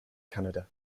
canada